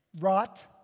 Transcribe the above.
rot